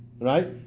right